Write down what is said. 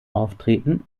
auftreten